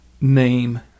name